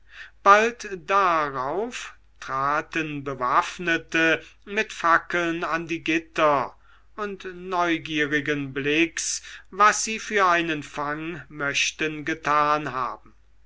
bald darauf traten bewaffnete mit fackeln an die gitter und neugierigen blicks was sie für einen fang möchten getan haben